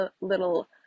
little